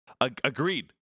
Agreed